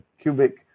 cubic